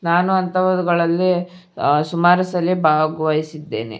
ನಾನು ಅಂಥವುಗಳಲ್ಲಿ ಸುಮಾರು ಸಲ ಭಾಗ್ವಹಿಸಿದ್ದೇನೆ